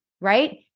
right